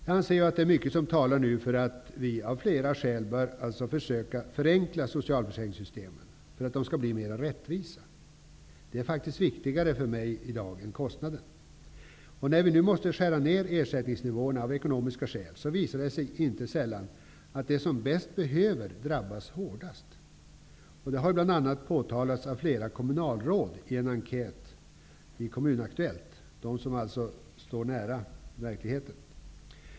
Jag anser att det nu är mycket som talar för att vi av flera skäl bör försöka att förenkla socialförsäkringssystemen för att de skall bli mera rättvisa. Detta är viktigare för mig än kostnaden. När nu ersättningsnivåerna av ekonomiska skäl måste skäras ner visar det sig inte sällan att de som är mest beroende av systemen drabbas hårdast, vilket har påtalats av flera kommunalråd i en enkät i tidningen Kommun-Aktuellt -- kommunalråden är alltså de som står nära verkligheten.